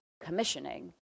commissioning